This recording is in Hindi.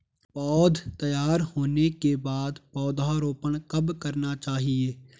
पौध तैयार होने के बाद पौधा रोपण कब करना चाहिए?